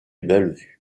bellevue